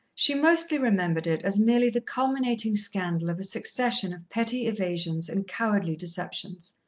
she mostly remembered it as merely the culminating scandal of a succession of petty evasions and cowardly deceptions.